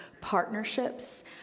partnerships